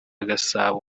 gasabo